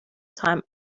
time